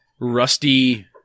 rusty